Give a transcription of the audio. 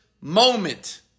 moment